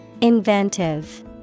Inventive